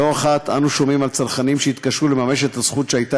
לא אחת אנו שומעים על צרכנים שהתקשו לממש את הזכות שהייתה